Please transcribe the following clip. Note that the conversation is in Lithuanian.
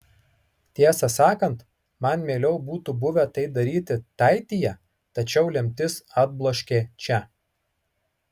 tiesą sakant man mieliau būtų buvę tai daryti taityje tačiau lemtis atbloškė čia